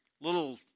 little